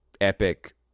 epic